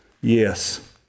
yes